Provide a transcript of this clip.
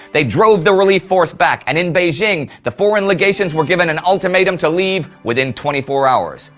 they drove the relief force back, and in beijing, the foreign legations were given an ultimatum to leave within twenty four hours,